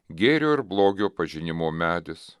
gėrio ir blogio pažinimo medis